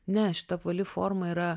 ne šita apvali forma yra